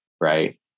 right